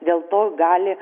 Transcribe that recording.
dėl to gali